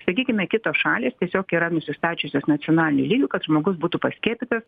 sakykime kitos šalys tiesiog yra nusistačiusios nacionaliniu lygiu kad žmogus būtų paskiepytas